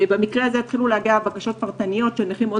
במקרה הזה התחילו להגיע בקשות פרטניות של נכים מאוד